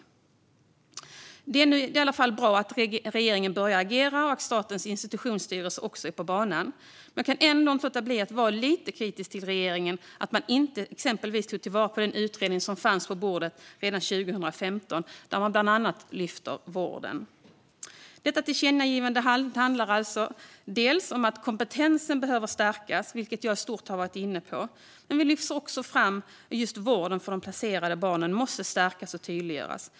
Det är i varje fall bra att regeringen börjar agera och att Statens institutionsstyrelse också är på banan. Men jag kan ändå inte låta bli att vara lite kritisk till att regeringen till exempel inte tog till vara den utredning som fanns på bordet redan 2015, där man bland annat lyfter upp vården. Detta tillkännagivande handlar alltså om att kompetensen behöver stärkas, vilket jag i stort har varit inne på. Men vi lyfter också fram att just vården för det placerade barnet måste stärkas och tydliggöras.